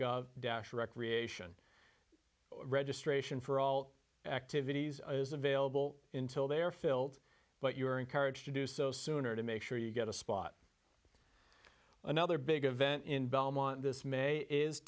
a dash for recreation registration for all activities is available in till they are filled but you are encouraged to do so sooner to make sure you get a spot another big event in belmont this may is